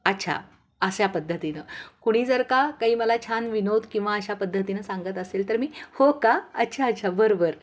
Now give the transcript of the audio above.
अच्छा अशा पद्धतीनं कुणी जर का काही मला छान विनोद किंवा अशा पद्धतीनं सांगत असेल तर मी हो का अच्छा अच्छा बर बर